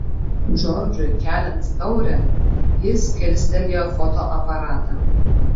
džordžui keliant taurę jis kilstelėjo fotoaparatą